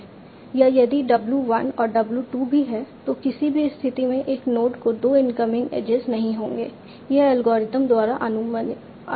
या यदि w 1 और w 2 भी है तो किसी भी स्थिति में एक नोड को 2 इनकमिंग एजेज नहीं होंगे यह एल्गोरिथम द्वारा अनुमति नहीं है